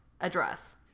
address